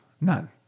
none